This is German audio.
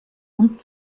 und